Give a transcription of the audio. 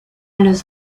los